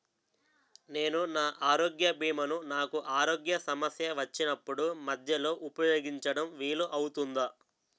నేను నా ఆరోగ్య భీమా ను నాకు ఆరోగ్య సమస్య వచ్చినప్పుడు మధ్యలో ఉపయోగించడం వీలు అవుతుందా?